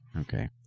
Okay